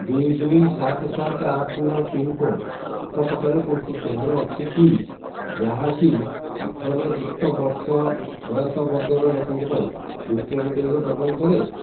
ଦୁଇ ଦୁଇ ସାତ ସାତ ଆଠ ନଅ ପିନ୍କୋଡ଼୍ ଆଖପାଖରେ କୌଣସି କେନ୍ଦ୍ର ଅଛି କି ଯାହାକି ଅଠର ଯୁକ୍ତ ବର୍ଷ ବୟସ ବର୍ଗର ଲୋକଙ୍କ ପାଇଁ ବୁଷ୍ଟର୍ ଡୋଜ୍ ପ୍ରଦାନ କରେ